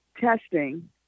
testing